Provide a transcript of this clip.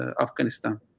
Afghanistan